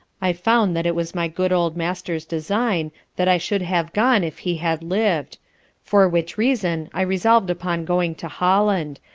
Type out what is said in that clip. i found that it was my good old master's design that i should have gone if he had lived for which reason i resolved upon going to holland,